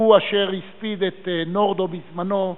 הוא אשר הספיד את נורדאו, בזמנו,